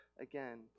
Again